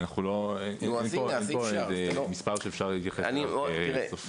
אין פה מספר שאפשר להתייחס אליו כסופי.